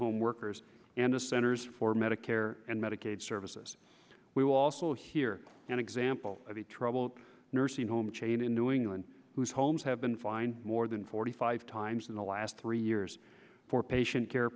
home workers and the centers for medicare and medicaid services we will also hear an example of the trouble nursing home chain in new england whose homes have been fined more than forty five times in the last three years for patient care